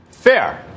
Fair